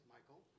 Michael